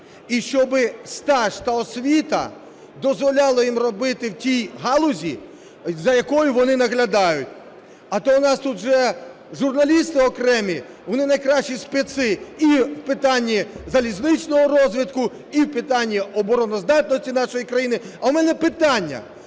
і щоб стаж та освіта дозволяли їм робити в тій галузі, за якою вони наглядають. А то в нас тут уже журналісти окремі - вони найкращі специ і в питанні залізничного розвитку, і в питанні обороноздатності нашої країни. А в мене питання: